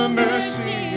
mercy